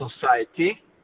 society